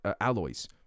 alloys